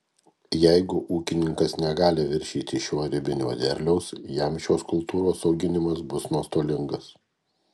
jeigu ūkininkas negali viršyti šio ribinio derliaus jam šios kultūros auginimas bus nuostolingas